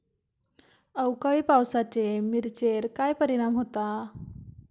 अवकाळी पावसाचे मिरचेर काय परिणाम होता?